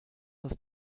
das